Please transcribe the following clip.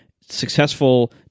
successful